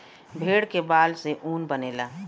भेड़ के बाल से ऊन बनेला